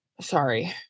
sorry